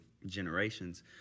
generations